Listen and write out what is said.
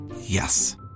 Yes